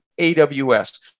AWS